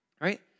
right